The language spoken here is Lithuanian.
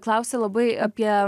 klausia labai apie